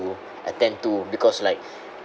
attend to because like